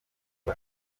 ubu